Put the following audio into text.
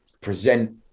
present